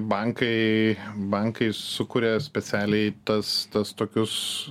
bankai bankai sukuria specialiai tas tas tokius